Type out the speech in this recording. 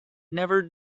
never